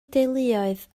deuluoedd